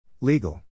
Legal